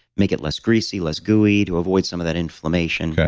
make it less greasy, less gooey, to avoid some of that inflammation.